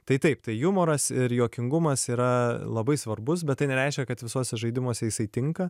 tai taip tai jumoras ir juokingumas yra labai svarbus bet tai nereiškia kad visose žaidimuose jisai tinka